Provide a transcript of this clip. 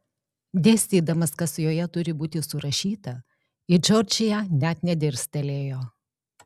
dėstydamas kas joje turi būti surašyta į džordžiją net nedirstelėjo